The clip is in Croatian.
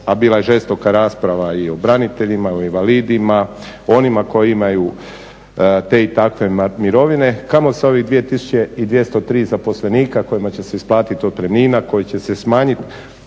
a bila je žestoka rasprava i o braniteljima, i o invalidima, o onima koji imaju te i takve mirovine, kamo sa ovih 2203 zaposlenika kojima će se isplatiti otpremnina, koji će se smanjiti?